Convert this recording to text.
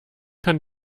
kann